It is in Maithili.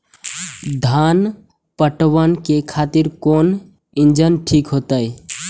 धान पटवन के खातिर कोन इंजन ठीक होते?